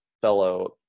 fellow